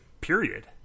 period